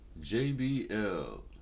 JBL